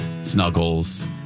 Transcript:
snuggles